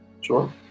Sure